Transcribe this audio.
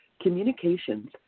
communications